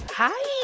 hi